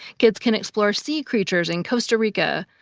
kids can explore sea creatures in costa rica,